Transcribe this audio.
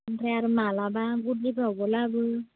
ओमफ्राय आरो माब्लाबा बुधबारफ्रावबो लाबोयो